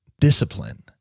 discipline